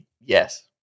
Yes